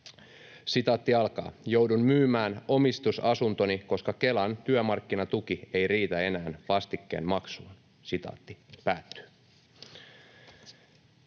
vaikeaksi.” ”Joudun myymään omistusasuntoni, koska Kelan työmarkkinatuki ei riitä enää vastikkeen maksuun.” ”Se vaikuttaa